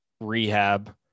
Rehab